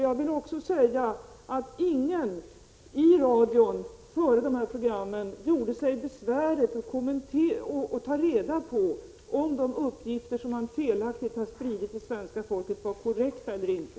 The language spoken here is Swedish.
Jag vill också säga att de som gjorde programmen inte gjorde sig besväret att kontakta någon i regeringen eller ta reda på om de uppgifter som man felaktigt spritt till det svenska folket hade grund eller inte.